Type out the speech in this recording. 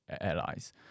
allies